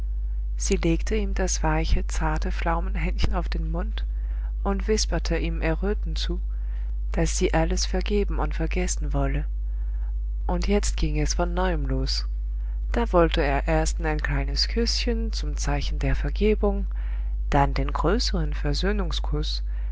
sie legte ihm das weiche zarte flaumenhändchen auf den mund und wisperte ihm errötend zu daß sie alles vergeben und vergessen wolle und jetzt ging es von neuem los da wollte er erstens ein kleines küßchen zum zeichen der vergebung dann den größeren